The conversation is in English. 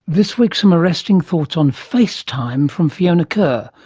this week some arresting thoughts on face time from fiona kerr,